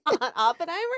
Oppenheimer